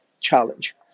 challenge